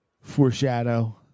foreshadow